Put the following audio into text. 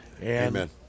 Amen